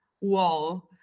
wall